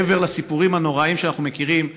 מעבר לסיפורים הנוראיים שאנחנו מכירים,